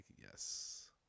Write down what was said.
yes